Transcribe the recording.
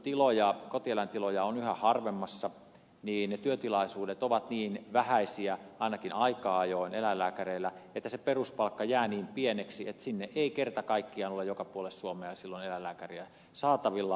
kun kotieläintiloja on yhä harvemmassa niin työtilaisuudet ovat niin vähäisiä ainakin aika ajoin eläinlääkäreillä että se peruspalkka jää niin pieneksi että ei kerta kaikkiaan ole joka puolelle suomea silloin eläinlääkäriä saatavilla